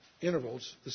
intervals